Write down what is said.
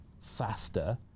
faster